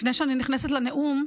לפני שאני נכנסת לנאום,